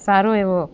સારો એવો